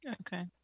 okay